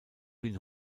den